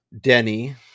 Denny